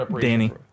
Danny